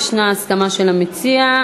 יש הסכמה של המציע.